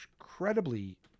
incredibly